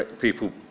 people